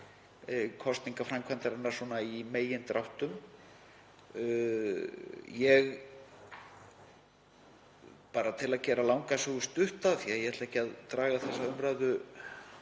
kosningaframkvæmdarinnar í megindráttum. Til að gera langa sögu stutta, af því að ég ætla ekki að draga þessa umræðu